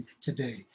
today